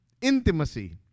Intimacy